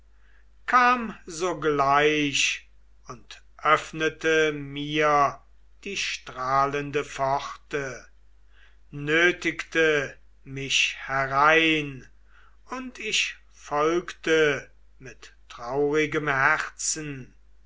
kam sogleich und öffnete mir die strahlende pforte nötigte mich herein und ich folgte mit traurigem herzen